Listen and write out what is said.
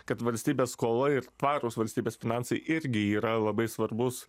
kad valstybės skola ir tvarūs valstybės finansai irgi yra labai svarbus